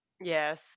yes